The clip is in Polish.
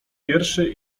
wierszy